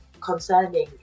concerning